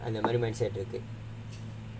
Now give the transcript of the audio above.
அந்த மாதிரி மனசு ஆயிடுது:andha maadhiri manasu ayiduthu